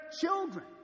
children